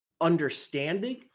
understanding